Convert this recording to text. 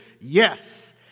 Yes